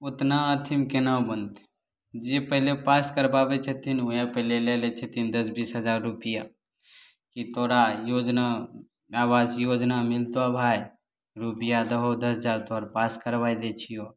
ओतना अथीमे केना बनतै जे पहिले पास करबाबै छथिन ओएह पहिले लै लय छथिन दश बीस हजार रूपैआ की तोरा योजना आबास योजना मिलतौ भाइ रूपैआ दहो दश हजार तोहर पास करबा दय छियौ